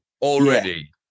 already